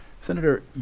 senator